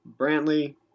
Brantley